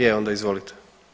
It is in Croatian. Je, onda izvolite.